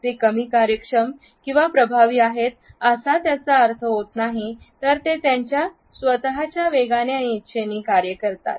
ते कमी कार्यक्षम किंवा प्रभावी आहेतअसा त्याचा अर्थ होत नाही तर ते त्यांच्या स्वत च्या वेगाने आणि इच्छेने कार्य करतात